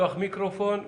טיפול בבעיות דחופות.